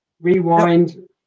rewind